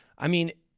i mean,